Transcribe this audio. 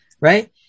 right